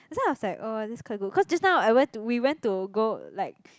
that's why I was like oh this quite good cause just now I went to we went to go like